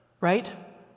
Right